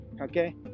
okay